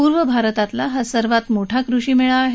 पूर्व भारतातला हा सर्वात मोठा कृषीमेळा आहे